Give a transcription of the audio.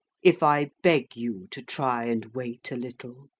if i beg you to try and wait a little.